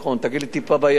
תגיד לי: טיפה בים.